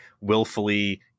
willfully